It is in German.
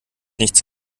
nichts